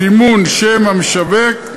סימון שם המשווק,